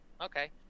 okay